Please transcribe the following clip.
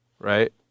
right